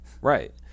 Right